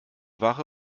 wache